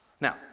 Now